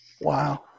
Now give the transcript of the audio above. wow